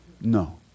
no